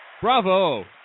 Bravo